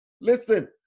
Listen